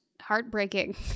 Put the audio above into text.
heartbreaking